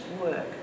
work